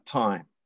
time